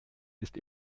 ist